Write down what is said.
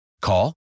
Call